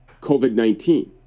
COVID-19